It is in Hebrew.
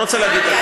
אני לא רוצה להגיד,